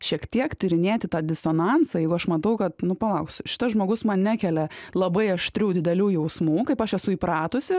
šiek tiek tyrinėti tą disonansą jeigu aš matau kad nu palauk šitas žmogus man nekelia labai aštrių didelių jausmų kaip aš esu įpratusi